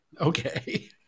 Okay